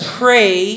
pray